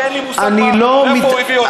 הוציא חוות דעת שאין לי מושג מאיפה הוא הביא אותה.